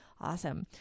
Awesome